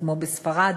כמו בספרד,